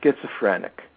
schizophrenic